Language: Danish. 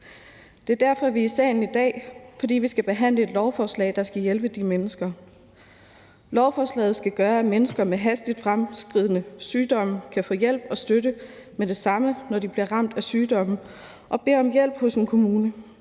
Vi er derfor i salen i dag, fordi vi skal behandle et lovforslag, der skal hjælpe de mennesker. Lovforslaget skal gøre, at mennesker med hastigt fremadskridende sygdomme kan få hjælp og støtte med det samme, når de bliver ramt af sygdomme, og at de kan bede om hjælp hos en kommune,